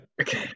Okay